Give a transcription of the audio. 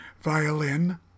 violin